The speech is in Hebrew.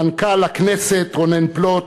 מנכ"ל הכנסת רונן פלוט,